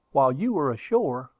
while you were ashore,